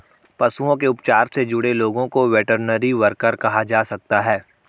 पशुओं के उपचार से जुड़े लोगों को वेटरनरी वर्कर कहा जा सकता है